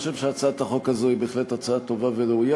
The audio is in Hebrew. אני חושב שהצעת החוק הזאת היא בהחלט הצעה טובה וראויה.